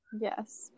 Yes